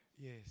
Yes